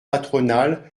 patronales